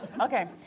Okay